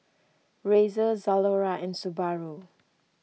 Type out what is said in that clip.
Razer Zalora and Subaru